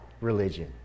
religion